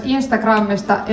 Instagramista